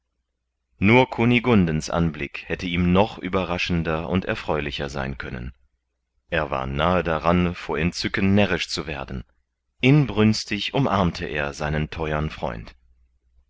nur kunigundens anblick hätte ihm noch überraschender und erfreulicher sein können er war nahe daran vor entzücken närrisch zu werden inbrünstig umarmte er seinen theuern freund